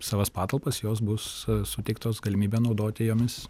savas patalpas jos bus suteiktos galimybę naudoti jomis